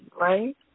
right